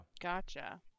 Gotcha